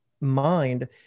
mind